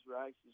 races